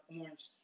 orange